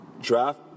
draft